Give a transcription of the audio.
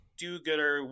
do-gooder